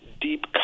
deep